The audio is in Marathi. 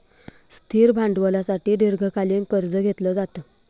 स्थिर भांडवलासाठी दीर्घकालीन कर्ज घेतलं जातं